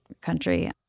country